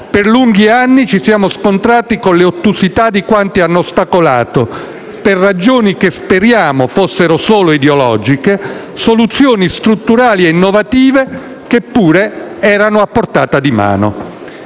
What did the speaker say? Per lunghi anni ci siamo scontrati con le ottusità di quanti hanno ostacolato, per ragioni che speriamo fossero solo ideologiche, soluzioni strutturali e innovative che pure erano a portata di mano.